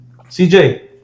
CJ